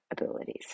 abilities